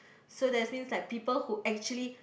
so that's means like people who actually